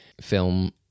film